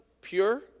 pure